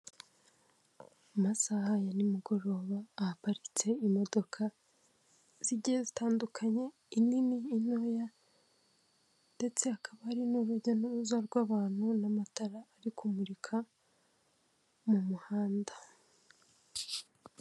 Amasaha ya nimugoroba ahaparitse imodoka zigiye zitandukanye, inini intoya ndetse hakaba hari n'urujya n'uruza rw'abantu, n'amatara ari kumurika mu muhanda.